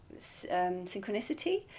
synchronicity